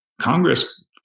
Congress